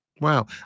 Wow